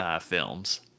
films